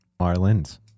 Marlins